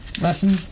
lesson